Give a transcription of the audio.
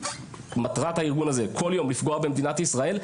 שמטרת הארגון הזה כל יום לפגוע במדינת ישראל,